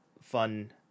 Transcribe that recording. fun